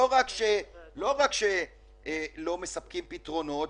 לא רק שלא נותנים פתרונות,